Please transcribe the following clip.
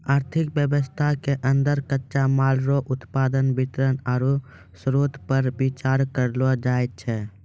आर्थिक वेवस्था के अन्दर कच्चा माल रो उत्पादन वितरण आरु श्रोतपर बिचार करलो जाय छै